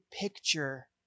picture